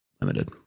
limited